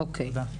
תודה.